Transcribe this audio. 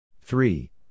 three